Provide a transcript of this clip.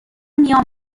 میام